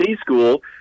school